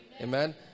Amen